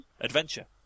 Adventure